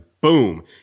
Boom